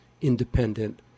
independent